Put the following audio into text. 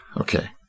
okay